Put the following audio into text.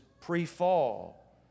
pre-fall